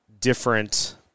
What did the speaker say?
different